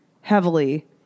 heavily